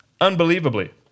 unbelievably